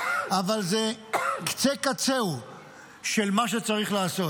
אבל זה קצה קצהו של מה שצריך לעשות.